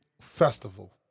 festival